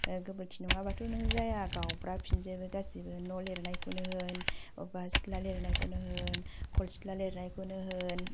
गोबोरखि नङाबाथ' नों जाया गावब्राफिनजोबो गासिबो न' लिरनायखौनो होन अबबा सिथ्ला लिरनायखौनो होन सिथ्ला लिरनायखौनो होन